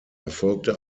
erfolgte